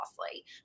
costly